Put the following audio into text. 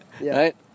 Right